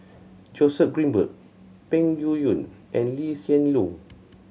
Joseph Grimberg Peng Yuyun and Lee Hsien Loong